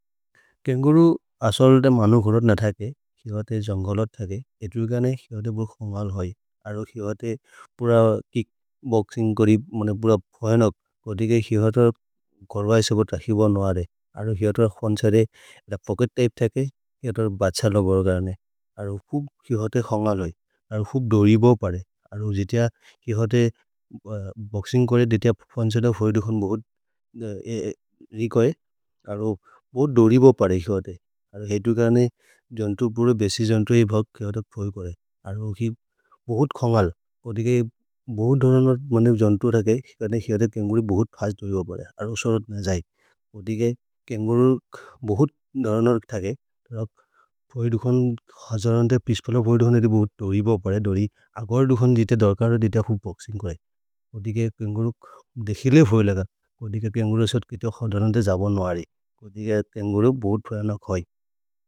केन्गुरु असल् ते मनुखुर नथखे, हिवते जन्घल थखे, एतुर् गने हिवते बुर्खोन्गल् होइ। अरो हिवते पुर किच्क् बोक्सिन्ग् कोरि मेने पुर फोएनक्। कोते के हिवत गोर्वय् सबत हिवन होइ। अरो हिवत हन्शरे ल पोच्केत् त्य्पे थखे हिवत बछ्हल गोग नेने। अरो हूक् हिवते खोन्गल् होइ। अरो हूक् दोरिबो पर्हे। अरो जित्य हिवते बोक्सिन्ग् कोरे जित्य हन्शरे फोएन् दुखोन् गोग रीक् होइ। अरो बो दोरिबो परे हिवते। अरो हिवते कने जन्तुपुरबेशि जन्त्रु हि बछ्हल फोएन् कोरे। अरो हिवते बोहुत् खोन्गल् होइ। ओदि के बोहुत् दोरिनर् मनुख् जन्त्रु रके हिवते केन्गुरु बोहुत् हज् दोरिबो परे। अरो सरोत् नै जै। ओदि के केन्गुरु बोहुत् दोरिनर् थखे। अरो फोएन् दुखोन् हजरन्थे पिस्तोलब् होइ दोरिबो परे दोरिबो परे। अरो दुखोन् लीत्य दल्कर्रो लीत्य फोएन् बोक्सिन्ग् कोरे।